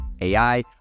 AI